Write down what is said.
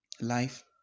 Life